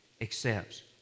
accepts